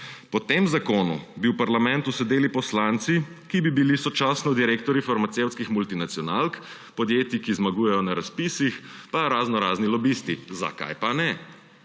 Po tem zakonu bi v parlamentu sedeli poslanci, ki bi bili sočasno direktorji farmacevtskih multinacionalk, podjetij, ki zmagujejo na razpisih, pa raznorazni lobisti. Zakaj pa ne?